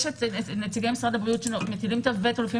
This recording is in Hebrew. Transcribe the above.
יש את נציגי משרד הבריאות שמטילים וטו לפעמים